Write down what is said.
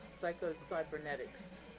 Psycho-Cybernetics